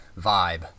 vibe